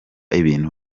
ibintu